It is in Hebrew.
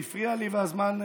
היא הפריעה לי והזמן רץ?